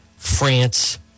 France